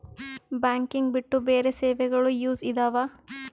Banking ಬಿಟ್ಟು ಬೇರೆ ಸೇವೆಗಳು ಯೂಸ್ ಇದಾವ?